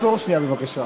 עצור שנייה בבקשה.